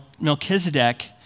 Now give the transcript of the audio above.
Melchizedek